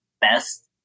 best